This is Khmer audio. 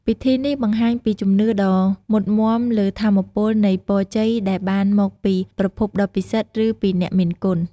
ពិធីនេះបង្ហាញពីជំនឿដ៏មុតមាំលើថាមពលនៃពរជ័យដែលបានមកពីប្រភពដ៏ពិសិដ្ឋ ឬពីអ្នកមានគុណ។